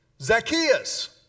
Zacchaeus